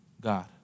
God